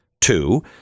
two